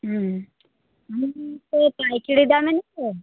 হুম পাইকারি দামে দিচ্ছেন